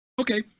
okay